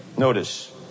Notice